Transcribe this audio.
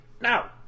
Now